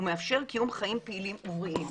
ומאפשר קיום חיים פעילים ובריאים.